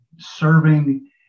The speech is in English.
serving